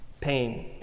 Pain